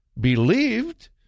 believed